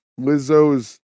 Lizzo's